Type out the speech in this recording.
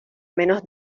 menos